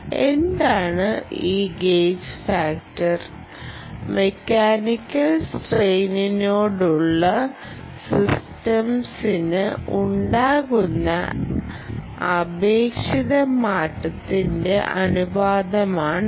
എന്താണ് ഈ gauge factor mechanical സ്ട്രെയിനിനോടുള്ള സിസ്റ്റംസിന് ഉണ്ടാകുന്ന ആപേക്ഷിക മാറ്റത്തിന്റെ അനുപാതമാണിത്